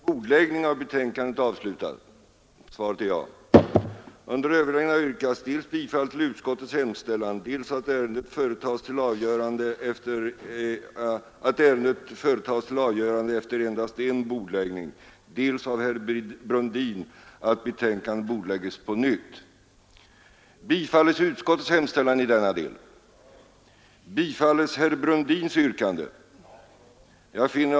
Herr talman! Ända tills valutakrisen kom häromdagen har man inte diskuterat något annat i tidningar, radio och TV än avgift på engångsförpackningar. Någon nyhet är det ju ur den synpunkten inte. Men jag kan förstå att man inte på alla håll är belåten med proceduren. Men det finns nu ingen anledning att dröja längre med frågans behandling. Vi har diskuterat frågan länge och vi har inte kunnat avgöra den snabbare i utskottet, enär vi där ville tränga in i alla dess aspekter.